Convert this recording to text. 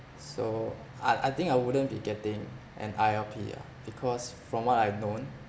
so I I think I wouldn't be getting an I_L_P ah because from what I've known